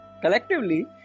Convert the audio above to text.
Collectively